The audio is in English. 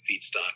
feedstock